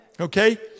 Okay